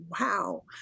wow